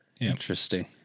Interesting